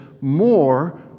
more